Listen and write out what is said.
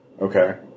Okay